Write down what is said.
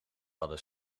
hadden